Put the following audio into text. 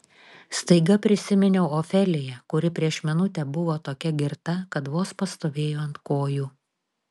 staiga prisiminiau ofeliją kuri prieš minutę buvo tokia girta kad vos pastovėjo ant kojų